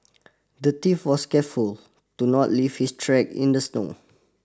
the thief was careful to not leave his track in the snow